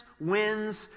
wins